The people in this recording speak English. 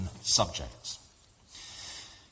subjects